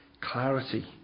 clarity